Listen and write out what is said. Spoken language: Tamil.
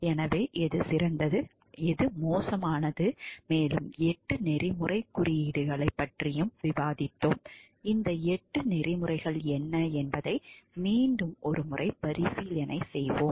எனவே எது சிறந்தது எது மோசமானது மேலும் எட்டு நெறிமுறைக் குறியீடுகளைப் பற்றியும் விவாதித்தோம் இந்த எட்டு நெறிமுறைகள் என்ன என்பதை மீண்டும் மறுபரிசீலனை செய்வோம்